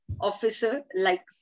officer-like